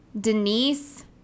Denise